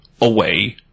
away